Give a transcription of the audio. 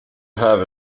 have